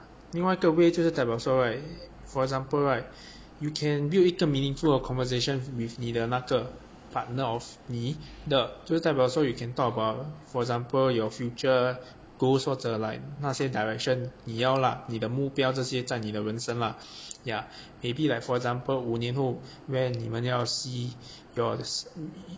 另外一个 way 就是代表说 right for example right you can build 一个 meaningful 的 conversations with 你的那个 partner of 你的就是代表说 you can talk about for example your future goals 或者 like 那些 direction 你要啦你的目标那些在你的人生 lah ya maybe like for example 五年后 where 你们要 see yours